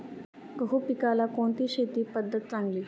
गहू पिकाला कोणती शेती पद्धत चांगली?